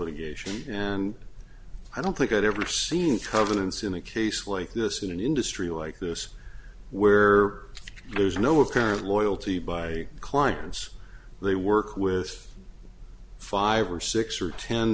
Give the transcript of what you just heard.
litigation and i don't think i've ever seen covenants in a case like this in an industry like this where there's no apparent loyalty by clients they work with five or six or ten